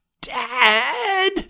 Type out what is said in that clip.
Dad